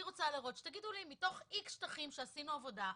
רוצה שתגידו לי מתוך X שטחים שעשינו עבודה,